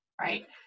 right